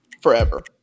forever